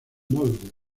molde